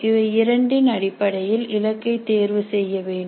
இவை இரண்டின் அடிப்படையில் இலக்கை தேர்வு செய்ய வேண்டும்